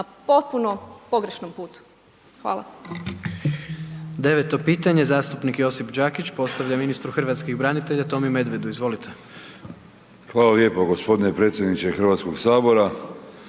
potpuno pogrešnom putu. Hvala.